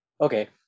Okay